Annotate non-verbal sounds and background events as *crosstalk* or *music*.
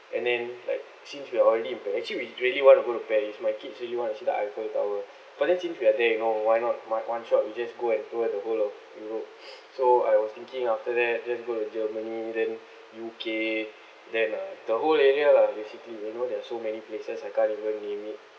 and then like since we are already in paris actually we really want to go to paris my kids really want to see the eiffel tower but then since we are there you know why not one one shot we just go and tour the whole of europe *breath* so I was thinking after that just go to germany then U_K then uh the whole area lah basically you know there are so many places I can't even name it